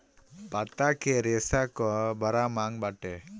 पत्ता के रेशा कअ बड़ा मांग बाटे